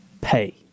pay